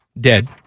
Dead